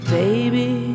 baby